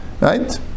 Right